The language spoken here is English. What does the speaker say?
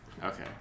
Okay